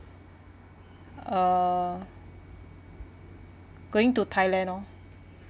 uh going to thailand lor